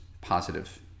positive